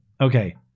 Okay